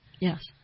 Yes